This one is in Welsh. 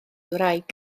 wraig